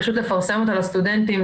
פשוט לפרסם אותה לסטודנטים,